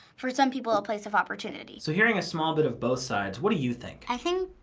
for some people, a place of opportunity. so hearing a small bit of both sides, what do you think? i think.